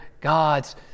gods